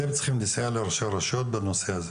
אתם צריכים לסייע לראשי הרשויות בנושא הזה.